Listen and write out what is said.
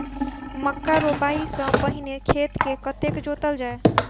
मक्का रोपाइ सँ पहिने खेत केँ कतेक जोतल जाए?